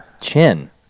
Chin